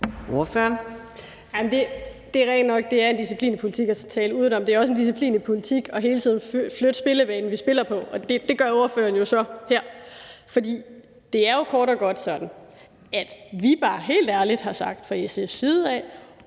er rigtigt nok, at det er en disciplin i politik at tale udenom; det er også en disciplin i politik hele tiden at flytte spillevæggen, vi spiller på. Det gør ordføreren jo så her. Det er kort og godt sådan, at vi bare helt ærligt fra SF's side og